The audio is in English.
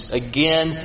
again